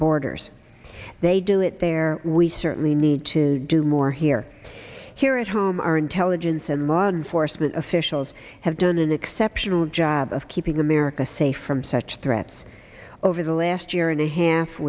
borders they do it there we certainly need to do more here here at home our intelligence and law enforcement officials have done an exceptional job of keeping america safe from such threats over the last year and a half